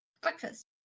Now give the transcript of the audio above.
Breakfast